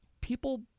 People